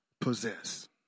possess